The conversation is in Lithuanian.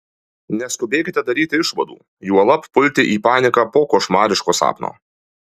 neskubėkite daryti išvadų juolab pulti į paniką po košmariško sapno